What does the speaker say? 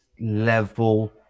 level